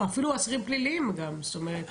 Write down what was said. זאת אומרת,